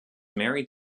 married